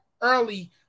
early